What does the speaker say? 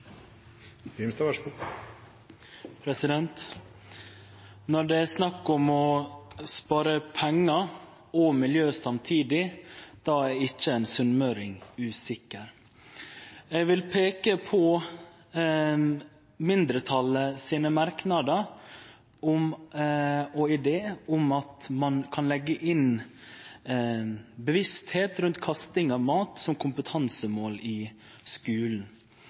snakk om å spare pengar og miljø samtidig, då er ikkje ein sunnmøring usikker! Eg vil peike på mindretalet sine merknader og idé om at ein kan leggje inn bevisstheit rundt kasting av mat som kompetansemål i skulen.